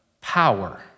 power